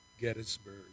Gettysburg